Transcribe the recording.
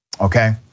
okay